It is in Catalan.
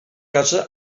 casa